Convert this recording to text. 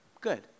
Good